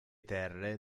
terre